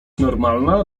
normalna